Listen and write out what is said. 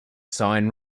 sign